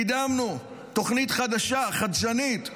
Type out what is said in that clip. קידמנו תוכנית חדשה, חדשנית,